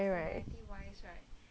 mmhmm